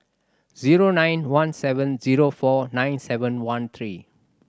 zero nine one seven zero four nine seven one three